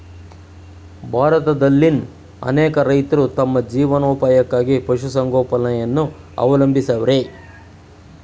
ಭಾರತದಲ್ಲಿನ್ ಅನೇಕ ರೈತ್ರು ತಮ್ ಜೀವನೋಪಾಯಕ್ಕಾಗಿ ಪಶುಸಂಗೋಪನೆಯನ್ನ ಅವಲಂಬಿಸವ್ರೆ